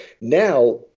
now